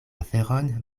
aferon